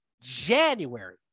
January